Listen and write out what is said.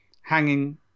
hanging